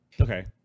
Okay